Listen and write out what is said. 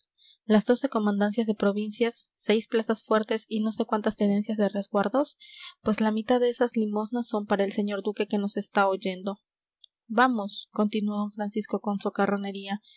las doce comandancias de provincias seis plazas fuertes y no sé cuántas tenencias de resguardos pues la mitad de esas limosnas son para el señor duque que nos está oyendo vamos continuó d francisco con